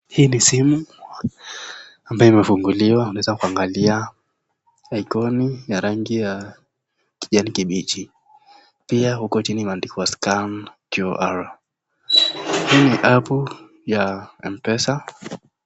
Hii ni simu ambayo imefunguliwa. Unaweza kuangalia icon ya rangi ya kijani kibichi pia huko chini imeandikwa SCAN QR .Hii ni app ya m-pesa.